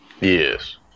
Yes